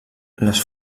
les